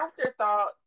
afterthought